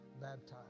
baptized